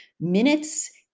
minutes